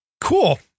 cool